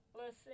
listen